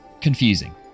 confusing